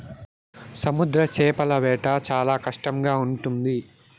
సముద్ర చేపల వేట చాలా కష్టంగా ఉంటుంది